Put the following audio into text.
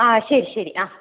ആ ശരി ശരി ആ